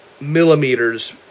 millimeters